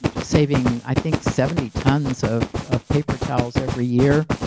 saving i think seventy tons of of paper towels every year